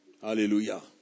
Hallelujah